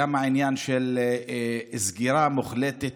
של סגירה מוחלטת,